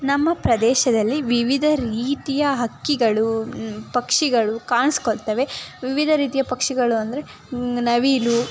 ನಮ್ಮ ಪ್ರದೇಶದಲ್ಲಿ ವಿವಿಧ ರೀತಿಯ ಹಕ್ಕಿಗಳು ಪಕ್ಷಿಗಳು ಕಾಣ್ಸ್ಕೊಳ್ತವೆ ವಿವಿಧ ರೀತಿಯ ಪಕ್ಷಿಗಳು ಅಂದರೆ ನವಿಲು